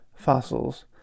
fossils